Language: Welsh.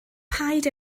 paid